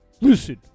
Listen